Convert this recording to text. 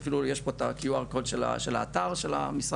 אפילו יש פה את ה-QR קוד של האתר של המשרד.